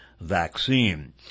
vaccine